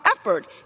effort